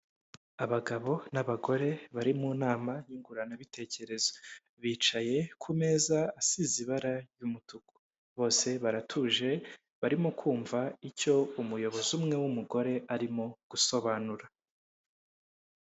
Abagabo n'abagore bari mu nama nyunguranabitekerezo, bicaye ku meza asize ibara ry'umutuku bose baratuje barimo kumva icyo umuyobozi umwe w'umugore arimo gusobanura.